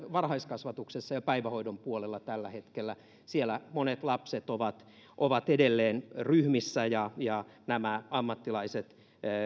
varhaiskasvatuksessa ja päivähoidon puolella tällä hetkellä siellä monet lapset ovat ovat edelleen ryhmissä ja ja nämä ammattilaiset